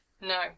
No